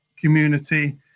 community